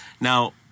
now